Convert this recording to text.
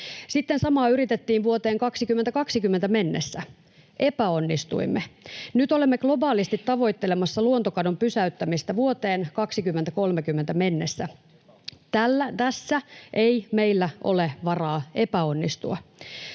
Sitten samaa yritettiin vuoteen 2020 mennessä — epäonnistuimme. Nyt olemme globaalisti tavoittelemassa luontokadon pysäyttämistä vuoteen 2030 mennessä. Tässä ei meillä ole varaa epäonnistua.